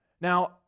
Now